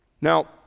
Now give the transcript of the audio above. Now